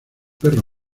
perro